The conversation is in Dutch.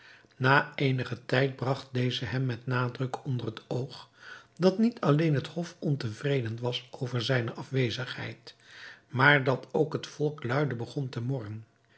na eenigen tijd bragt deze hem met nadruk onder het oog dat niet alleen het hof ontevreden was over zijne afwezigheid maar dat ook het volk luide begon te morren